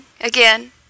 again